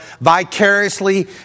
vicariously